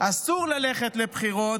אסור ללכת לבחירות,